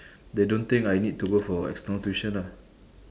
they don't think I need to go for external tuition ah